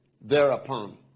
thereupon